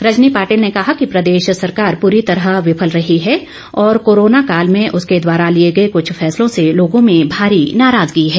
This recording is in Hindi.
रजनी पाटिल ने कहा कि प्रदेश सरकार पूरी तरह विफल रही है और कोरोना काल में उसके द्वारा लिए गए कृछ फैसलों से लोगों में भारी नाराजगी है